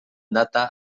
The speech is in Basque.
data